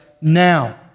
now